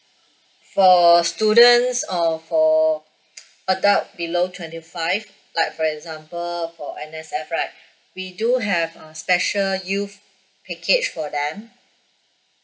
for students or for your adult below twenty five like for example N_S_F right we do have a special youth package for them